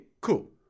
Cool